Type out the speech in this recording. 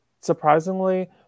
surprisingly